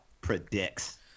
predicts